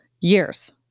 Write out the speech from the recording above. Years